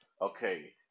okay